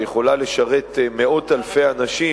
שיכולה לשרת מאות אלפי אנשים,